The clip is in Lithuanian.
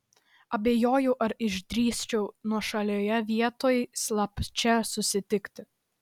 abejoju ar išdrįsčiau nuošalioje vietoj slapčia susitikti